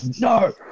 no